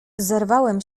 zerwałem